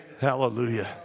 Hallelujah